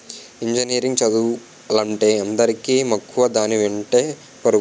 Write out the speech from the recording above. engineering చదువులంటే అందరికీ మక్కువ దాని వెంటే పరుగులు